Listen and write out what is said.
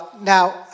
Now